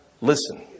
listen